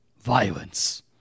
Violence